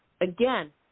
Again